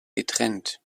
getrennt